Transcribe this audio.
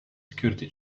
security